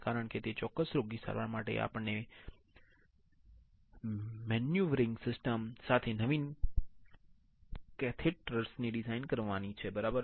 કારણ કે તે ચોક્કસ રોગની સારવાર માટે આપણે મેન્યુવરિંગ સિસ્ટમ સાથે નવીન કેથેટરસ ની ડિઝાઇન કરવાની છે બરાબર